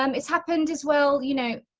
um it's happened as well, you know,